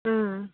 ओम